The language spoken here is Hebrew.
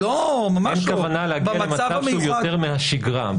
אין כוונה להגיע למצב שהוא יותר מהשגרה.